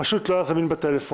פשוט לא היה זמין בטלפון,